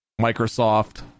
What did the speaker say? Microsoft